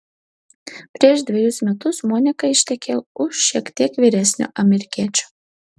prieš dvejus metus monika ištekėjo už šiek tiek vyresnio amerikiečio